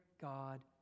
God